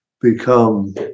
become